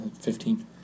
Fifteen